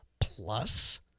plus